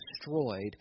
destroyed